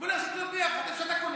בוא ננסה להוכיח איפה שאתה קונה.